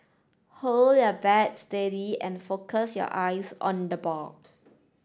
hold your bat steady and focus your eyes on the ball